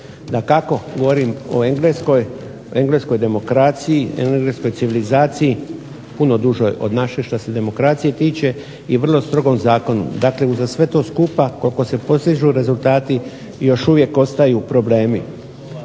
Dakako, govorim o engleskoj demokraciji, engleskoj civilizaciji puno dužoj od naše što se demokracije tiče i vrlo strogom zakonu. Dakle, uza sve to skupa koliko se postižu rezultati još uvijek ostaju problemi.